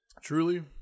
Truly